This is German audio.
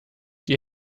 die